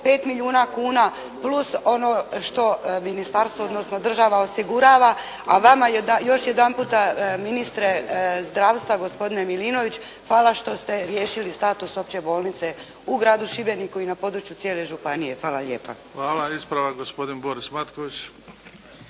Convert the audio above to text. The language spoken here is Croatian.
5 milijuna kuna plus ono što ministarstvo, odnosno država osigurava a na vama još jedanput ministre zdravstva gospodine Milinović hvala što ste riješili status opće bolnice u gradu Šibeniku i na području cijele županije, hvala lijepa. **Bebić, Luka (HDZ)** Hvala. Ispravak gospodin Boris Matković.